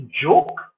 joke